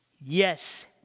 Yes